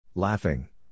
Laughing